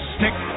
Stick